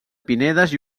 pinedes